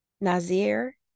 Nazir